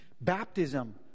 baptism